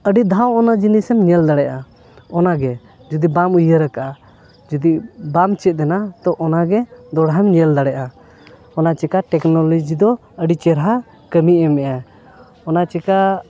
ᱟᱹᱰᱤ ᱫᱷᱟᱣ ᱚᱱᱟ ᱡᱤᱱᱤᱥᱮᱢ ᱧᱮᱞ ᱫᱟᱲᱮᱭᱟᱜᱼᱟ ᱚᱱᱟ ᱜᱮ ᱡᱩᱫᱤ ᱵᱟᱢ ᱩᱭᱦᱟᱹᱨ ᱟᱠᱟᱫᱼᱟ ᱡᱩᱫᱤ ᱵᱟᱢ ᱪᱮᱫ ᱞᱮᱱᱟ ᱛᱚ ᱚᱱᱟ ᱜᱮ ᱫᱚᱲᱦᱟᱢ ᱧᱮᱞ ᱫᱟᱲᱮᱭᱟᱜᱼᱟ ᱚᱱᱟ ᱪᱤᱠᱟᱹ ᱴᱮᱠᱱᱳᱞᱚᱡᱤ ᱫᱚ ᱟᱹᱰᱤ ᱪᱮᱨᱦᱟ ᱠᱟᱹᱢᱤ ᱮᱢᱮᱜᱼᱟᱭ ᱚᱱᱟ ᱪᱤᱠᱟᱹ